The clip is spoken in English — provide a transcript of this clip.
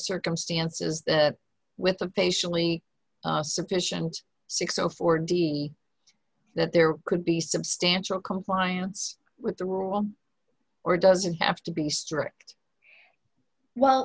circumstances with a facially sufficient six o four d that there could be substantial compliance with the rule or doesn't have to be strict well